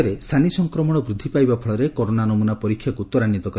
ଦେଶରେ ସାନି ସଂକ୍ରମଣ ବୃଦ୍ଧି ପାଇବା ଫଳରେ କରୋନା ନମୁନା ପରୀକ୍ଷାକୁ ତ୍ୱରାନ୍ୱିତ କରାଯାଇଛି